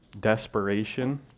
desperation